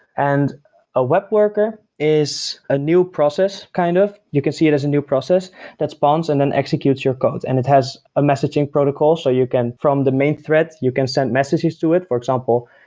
and a web worker is a new process. kind of you can see it as a new process that spawns and then executes your codes. and it has a messaging protocol, so you can from the main thread, you can send messages to it. for example,